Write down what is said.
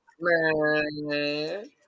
man